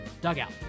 dugout